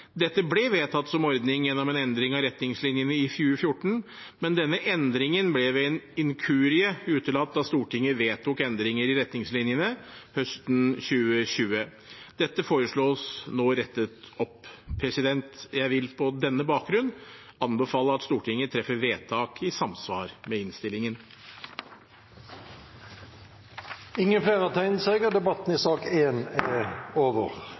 Dette ble vedtatt som ordning gjennom en endring av retningslinjene i 2014, men denne endringen ble ved en inkurie utelatt da Stortinget vedtok endringer i retningslinjene høsten 2020. Dette foreslås nå rettet opp. Jeg vil på denne bakgrunn anbefale at Stortinget treffer vedtak i samsvar med innstillingen. Flere har ikke bedt om ordet til sak nr. 1. Presidenten vil ordne debatten